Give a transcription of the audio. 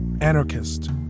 Anarchist